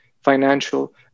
financial